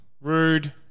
Rude